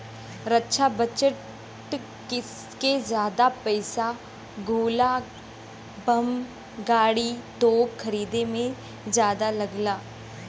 रक्षा budget के जादा पइसा गोला बम गाड़ी, तोप खरीदे में जादा लगला